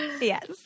Yes